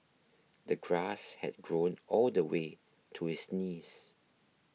the grass had grown all the way to his knees